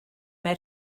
mae